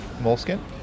moleskin